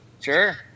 Sure